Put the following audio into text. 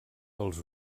els